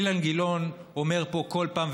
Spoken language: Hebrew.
אילן גילאון אומר פה כל פעם,